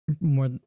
more